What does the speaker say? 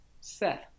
Seth